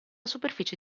superficie